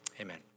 amen